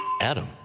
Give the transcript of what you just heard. Adam